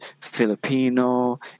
Filipino